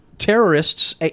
Terrorists